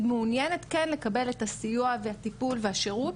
היא מעוניינת כן לקבל את הסיוע והטיפול והשירות,